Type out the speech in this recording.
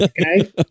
okay